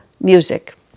music